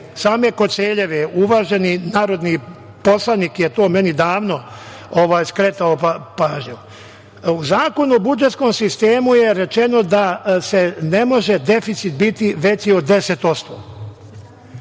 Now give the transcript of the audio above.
same Koceljeve. Uvaženi narodni poslanik je na to meni davno skretao pažnju. U Zakonu o budžetskom sistemu je rečeno da ne može deficit biti veći od 10%.